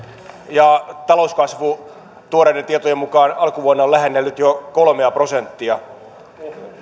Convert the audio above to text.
ja talouskasvu tuoreiden tietojen mukaan alkuvuonna on lähennellyt jo kolmea prosenttia